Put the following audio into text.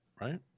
right